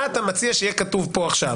מה אתה מציע שיהיה כתוב פה עכשיו?